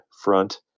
front